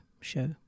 show